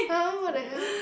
!huh! what the hell